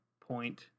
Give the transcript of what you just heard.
point